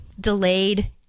delayed